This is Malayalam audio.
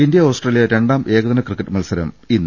ഇന്ത്യ ഓസ്ട്രേലിയ രണ്ടാം ഏകദിന ക്രിക്കറ്റ് മത്സരം ഇന്ന്